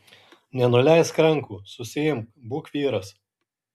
nenuleisk rankų susiimk būk vyras